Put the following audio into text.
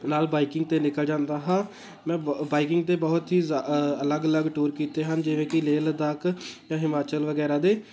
ਨਾਲ ਬਾਈਕਿੰਗ 'ਤੇ ਨਿਕਲ ਜਾਂਦਾ ਹਾਂ ਮੈਂ ਬ ਬਾਈਕਿੰਗ 'ਤੇ ਬਹੁਤ ਹੀ ਜ਼ਾ ਅਲੱਗ ਅਲੱਗ ਟੂਰ ਕੀਤੇ ਹਨ ਜਿਵੇਂ ਕਿ ਲੇਹ ਲਦਾਖ ਜਾਂ ਹਿਮਾਚਲ ਵਗੈਰਾ ਦੇ